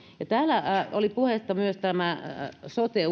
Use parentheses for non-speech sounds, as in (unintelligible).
täällä oli puhetta myös sote (unintelligible)